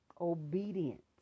obedient